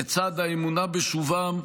לצד האמונה בשובם,